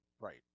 Right